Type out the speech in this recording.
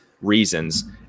reasons